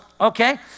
okay